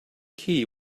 key